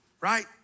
right